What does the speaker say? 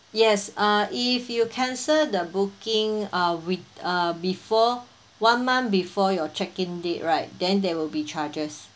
yes uh if you cancel the booking uh we uh before one month before your check-in date right then there will be charges